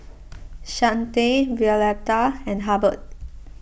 Chante Violeta and Hubbard